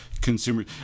consumers